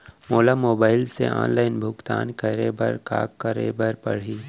मोला मोबाइल से ऑनलाइन भुगतान करे बर का करे बर पड़ही?